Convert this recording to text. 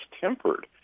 tempered